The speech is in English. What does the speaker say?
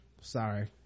Sorry